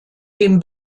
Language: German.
dem